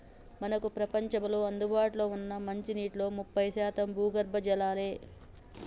మనకు ప్రపంచంలో అందుబాటులో ఉన్న మంచినీటిలో ముప్పై శాతం భూగర్భ జలాలే